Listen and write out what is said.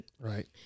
Right